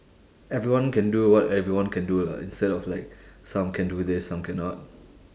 everyone can do what everyone can do lah instead of like some can do this some cannot